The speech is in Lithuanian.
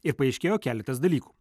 ir paaiškėjo keletas dalykų